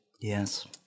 Yes